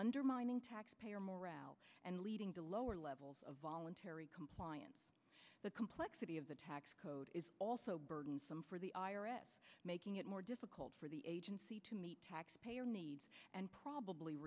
undermining taxpayer morale and leading to lower levels of voluntary compliance the complexity of the tax code is also burdensome for the making it more difficult for the agency to meet taxpayer needs and probably